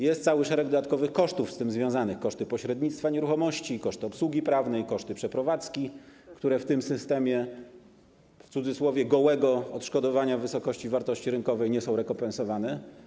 Jest cały szereg dodatkowych kosztów z tym związanych: koszty pośrednictwa w zakresie nieruchomości, koszt obsługi prawnej, koszty przeprowadzki, które w tym systemie, w cudzysłowie, gołego odszkodowania w wysokości wartości rynkowej nie są rekompensowane.